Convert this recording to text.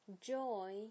Joy